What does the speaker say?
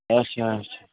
آچھا آچھا